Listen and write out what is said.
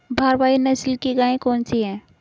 भारवाही नस्ल की गायें कौन सी हैं?